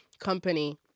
company